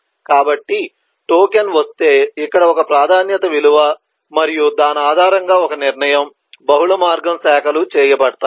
కాబట్టి టోకెన్ వస్తే ఇక్కడ ఒక ప్రాధాన్యత విలువ మరియు దాని ఆధారంగా ఒక నిర్ణయం బహుళ మార్గం శాఖలు చేయబడతాయి